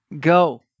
go